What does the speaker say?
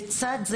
לצד זה